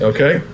Okay